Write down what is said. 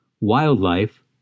wildlife